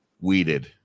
weeded